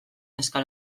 neska